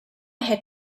had